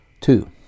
Two